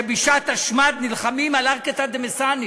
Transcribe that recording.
שבשעת השמד נלחמים על ערקתא דמסאנא.